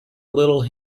little